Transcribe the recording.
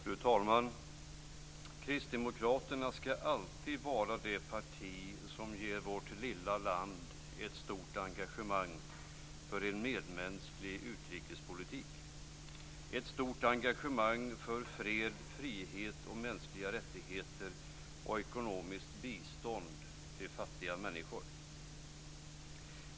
Fru talman! Kristdemokraterna ska alltid vara det parti som ger vårt lilla land ett stort engagemang för en medmänsklig utrikespolitik, för fred, frihet och mänskliga rättigheter och för ekonomiskt bistånd till fattiga människor.